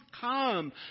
come